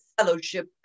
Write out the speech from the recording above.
fellowship